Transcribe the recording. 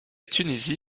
tunisie